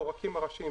העורקים הראשיים.